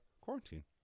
quarantine